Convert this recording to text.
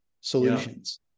solutions